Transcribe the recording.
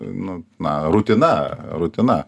nu na rutina rutina